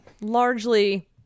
largely